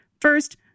First